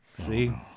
See